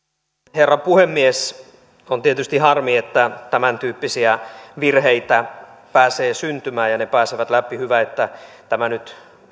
herra puhemies on tietysti harmi että tämäntyyppisiä virheitä pääsee syntymään ja ne pääsevät läpi hyvä että tämä nyt